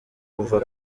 kuva